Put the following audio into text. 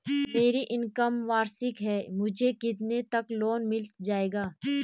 मेरी इनकम वार्षिक है मुझे कितने तक लोन मिल जाएगा?